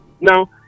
Now